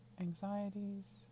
anxieties